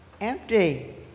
empty